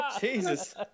Jesus